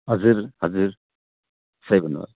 हजुर हजुर सही भन्नु भयो